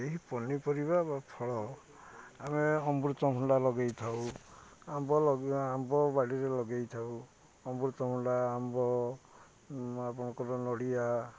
ଏହି ପନିପରିବା ବା ଫଳ ଆମେ ଅମୃତଭଣ୍ଡା ଲଗାଇ ଥାଉ ଆମ୍ବ ଲଗ୍ ଆମ୍ବ ବାଡ଼ିରେ ଲଗାଇ ଥାଉ ଅମୃତଭଣ୍ଡା ଆମ୍ବ ଆପଣଙ୍କର ନଡ଼ିଆ